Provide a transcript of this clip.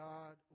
God